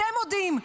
אתם מודים.